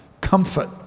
comfort